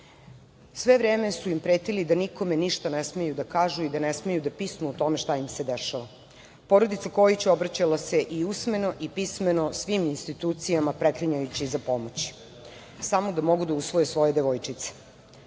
vreme su im pretili da nikome ništa ne smeju da kažu i da ne smeju da pisnu o tome šta im se dešava. Porodica Kojić obraćala se i usmeno i pismeno svim institucijama, preklinjajući za pomoć samo da mogu da usvoje svoje devojčice. Svi